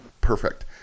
perfect